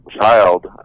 child